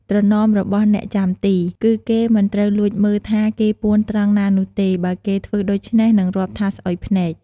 ត្រណមរបស់អ្នកចាំទី គឺគេមិនត្រូវលួចមើលថា គេពួនត្រង់ណានោះទេ បើគេធ្វើដូច្នេះនឹងរាប់ថាស្អុយភ្នែក។